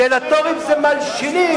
דלטורים זה מלשינים,